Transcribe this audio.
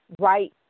right